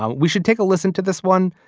um we should take a listen to this one.